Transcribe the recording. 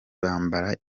bambara